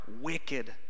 wicked